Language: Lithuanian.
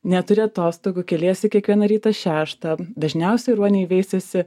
neturi atostogų keliesi kiekvieną rytą šeštą dažniausiai ruoniai veisiasi